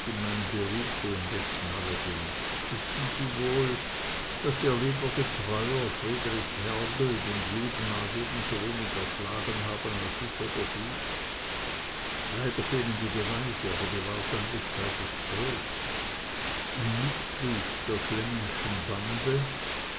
meinem berufe und jetzt neuerdings wissen sie wohl daß ihr lieber getreuer friedrich mergel den juden mag ebensowenig erschlagen haben als ich oder sie leider fehlen die beweise aber die wahrscheinlichkeit ist groß ein mitglied der